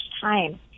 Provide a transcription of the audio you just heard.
time